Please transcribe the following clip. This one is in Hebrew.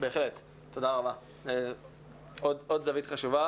בהחלט עוד זווית חשובה.